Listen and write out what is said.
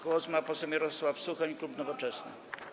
Głos ma poseł Mirosław Suchoń, klub Nowoczesna.